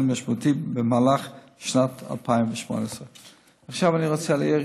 משמעותי במהלך שנת 2018. עכשיו אני רוצה להעיר